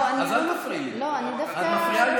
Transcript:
לא, אני לא מפריעה.